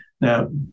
Now